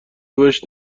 بهش